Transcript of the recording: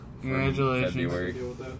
Congratulations